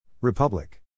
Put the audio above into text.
Republic